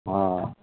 હા